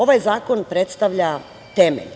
Ovaj zakon predstavlja temelj.